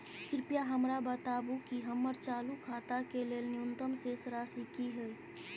कृपया हमरा बताबू कि हमर चालू खाता के लेल न्यूनतम शेष राशि की हय